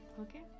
Okay